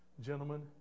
gentlemen